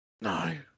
No